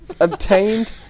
obtained